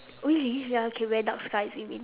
really ya okay very dark skies you mean